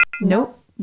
Nope